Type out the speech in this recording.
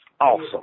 awesome